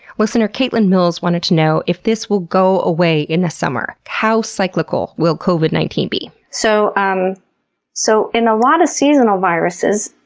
listener kaitlyn mills wanted to know if this will go away in the summer. how cyclical will covid nineteen be? so, um so in a lot of seasonal viruses,